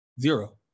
zero